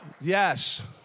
Yes